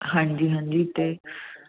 ਹਾਂਜੀ ਹਾਂਜੀ ਅਤੇ